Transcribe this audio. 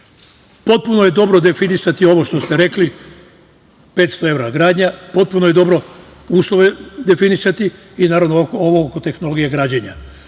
Potpuno je dobro definisati ovo što ste rekli, 500 evra gradnja, potpuno je dobro uslove definisati i naravno ovo oko tehnologije građenja.